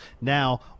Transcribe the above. now